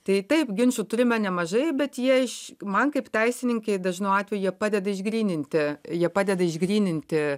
tai taip ginčų turime nemažai bet jie iš man kaip teisininkei dažnu atveju jie padeda išgryninti jie padeda išgryninti